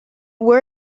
where